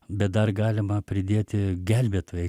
bet dar galima pridėti gelbėtojai